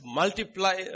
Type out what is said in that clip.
multiply